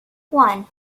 one